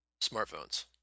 smartphones